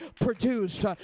produce